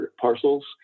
parcels